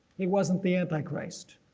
he wasn't the antichrist.